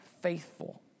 faithful